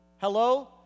Hello